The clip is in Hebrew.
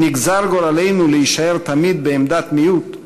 אם נגזר גורלנו להישאר תמיד בעמדת מיעוט,